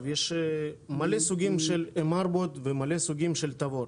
יש מלא סוגים של M4 ומלא סוגים של תבור.